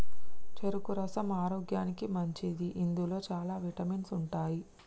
చెరుకు రసం ఆరోగ్యానికి మంచిది ఇందులో చాల విటమిన్స్ ఉంటాయి